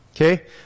Okay